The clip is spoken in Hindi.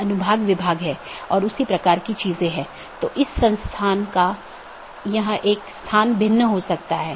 1 ओपन मेसेज दो सहकर्मी नोड्स के बीच एक BGP सत्र स्थापित करता है